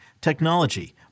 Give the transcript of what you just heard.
technology